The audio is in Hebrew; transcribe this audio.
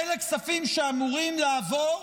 אלו כספים שאמורים לעבור